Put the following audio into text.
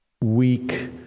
weak